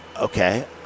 okay